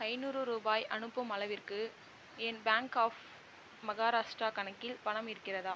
ஐநூறு ரூபாய் அனுப்பும் அளவிற்கு என் பேங்க் ஆஃப் மஹாராஷ்ட்ரா கணக்கில் பணம் இருக்கிறதா